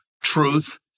truth